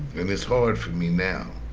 and it's hard for me now.